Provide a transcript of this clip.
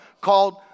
called